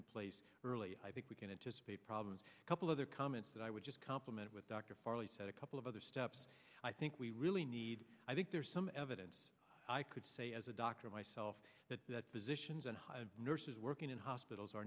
in place early i think we can anticipate problems a couple other comments that i would just compliment with dr farley said a couple of other steps i think we really need i think there's some evidence i could say as a doctor myself that that physicians and high nurses working in hospitals are